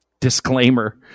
disclaimer